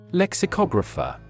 lexicographer